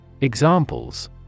Examples